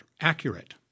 accurate